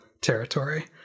territory